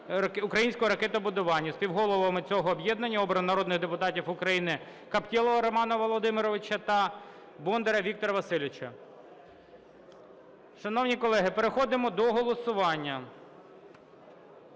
українського ракетобудування". Співголовами цього об'єднання обрано народних депутатів України Каптєлова Романа Володимировича та Бондаря Віктора Васильовича. Шановні колеги, переходимо до голосування.